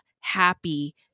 happy